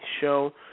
show